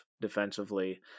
defensively